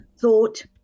thought